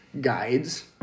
guides